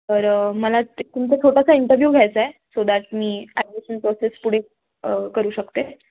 तर मला तुमचा थोटासा इंटरव्यू घ्यायचा आहे सो दॅट मी ॲडमिशन प्रोसेस पुढील करू शकते